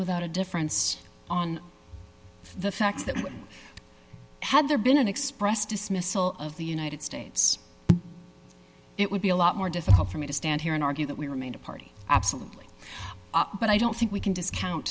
without a difference on the facts that had there been an express dismissal of the united states it would be a lot more difficult for me to stand here and argue that we remain a party absolutely but i don't think we can discount